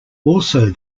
also